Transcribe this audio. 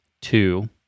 Two